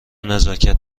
نزاکت